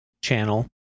channel